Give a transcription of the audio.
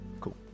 Cool